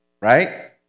right